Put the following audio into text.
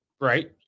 right